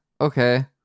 okay